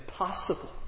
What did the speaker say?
impossible